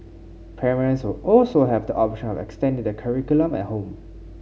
parents will also have the option of extending the curriculum at home